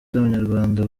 z’abanyarwanda